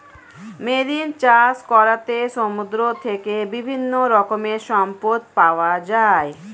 marine চাষ করাতে সমুদ্র থেকে বিভিন্ন রকমের সম্পদ পাওয়া যায়